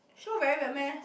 feel very weird meh